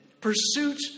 Pursuit